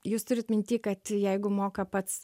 jūs turit minty kad jeigu moka pats